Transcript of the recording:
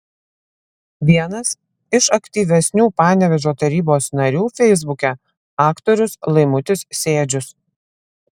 vienas iš aktyvesnių panevėžio tarybos narių feisbuke aktorius laimutis sėdžius